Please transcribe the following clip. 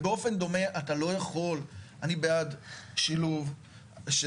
ובאופן דומה אתה לא יכול - אני בעד שילוב של